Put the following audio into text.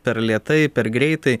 per lėtai per greitai